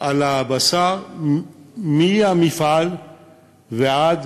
על הבשר מהמפעל ועד